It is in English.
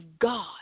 God